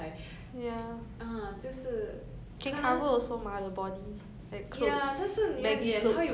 ya 但是你的脸 how you cover 现在的 mask lor but then but then 你 take out 就 gone 了